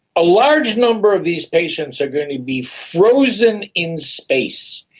a large number of these patients are going to be frozen in space.